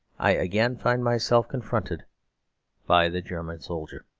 i again find myself confronted by the german soldier.